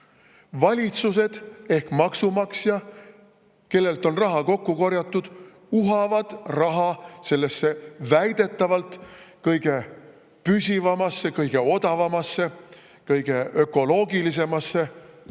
Valitsused ehk maksumaksja, kellelt on raha kokku korjatud, uhavad raha sellesse väidetavalt kõige püsivamasse, kõige odavamasse, kõige ökoloogilisemasse